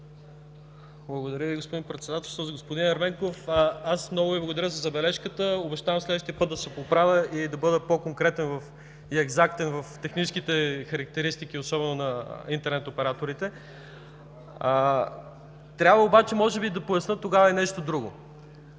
Благодаря Ви, господин Председателстващ. Господин Ерменков, много Ви благодаря за забележката. Обещавам следващия път да се поправя и да бъда по-конкретен и екзактен в техническите характеристики, особено на интернет операторите. Трябва обаче може би да поясня тогава и нещо друго.